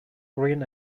green